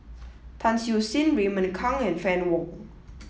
Tan Siew Sin Raymond Kang and Fann Wong